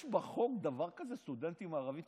יש בחוק דבר כזה סטודנטים ערבים?